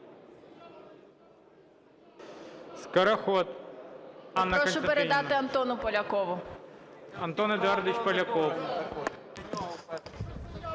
Прошу передати Антону Полякову.